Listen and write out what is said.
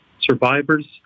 Survivors